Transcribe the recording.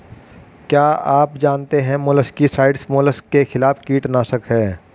क्या आप जानते है मोलस्किसाइड्स मोलस्क के खिलाफ कीटनाशक हैं?